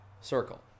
circle